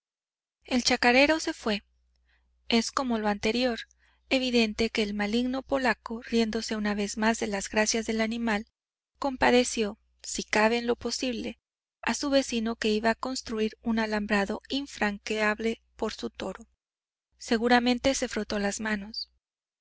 el chacarero se fué es como lo anterior evidente que el maligno polaco riéndose una vez más de las gracias del animal compadeció si cabe en lo posible a su vecino que iba a construir un alambrado infranqueable por su toro seguramente se frotó las manos